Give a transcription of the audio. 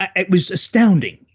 it was astounding,